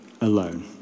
alone